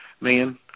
Man